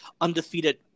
undefeated